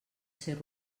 ser